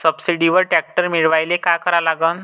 सबसिडीवर ट्रॅक्टर मिळवायले का करा लागन?